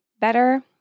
better